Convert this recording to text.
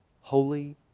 Holy